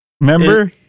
Remember